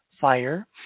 fire